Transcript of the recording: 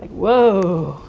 whoa,